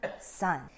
son